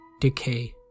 Decay